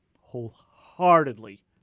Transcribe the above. wholeheartedly